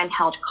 handheld